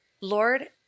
Lord